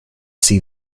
see